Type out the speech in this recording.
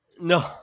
No